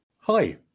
hi